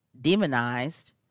demonized